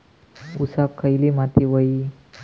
ऊसाक खयली माती व्हयी?